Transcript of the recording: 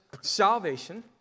salvation